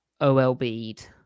OLB'd